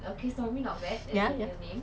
okay stormie not bad that's a real name